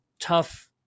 Tough